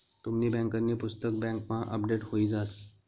तुमनी बँकांनी पुस्तक बँकमा अपडेट हुई जास